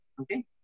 okay